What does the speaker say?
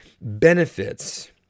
benefits